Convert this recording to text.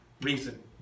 reason